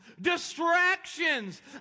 distractions